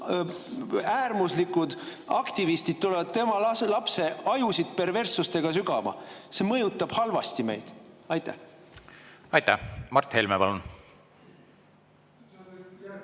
äärmuslikud aktivistid tulevad tema lapse ajusid perverssustega sügama. See mõjutab meid halvasti. Aitäh! Aitäh! Ma mõtlesin,